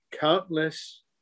countless